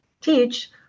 teach